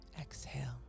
Exhale